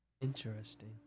Interesting